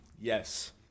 Yes